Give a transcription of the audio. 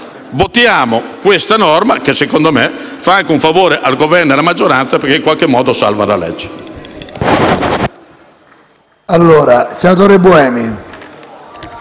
Votiamo questa norma, che secondo me fa anche un favore al Governo e alla maggioranza, perché in qualche modo salva la legge.